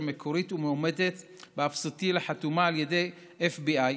מקורית ומאומתת ואפסוטיל החתומה על ידי FBI,